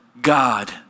God